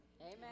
Amen